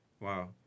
Wow